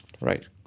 Right